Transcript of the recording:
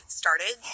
started